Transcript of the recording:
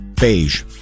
Beige